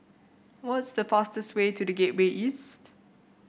what is the fastest way to The Gateway East